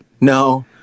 No